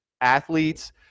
athletes